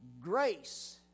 grace